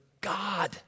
God